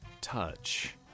touch